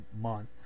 month